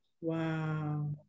wow